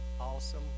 Awesome